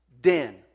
den